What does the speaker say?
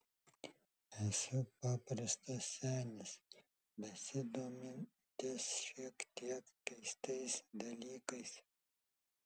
esu paprastas senis besidomintis šiek tiek keistais dalykais